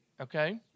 Okay